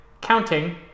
counting